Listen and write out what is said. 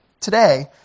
today